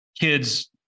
kids